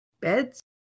beds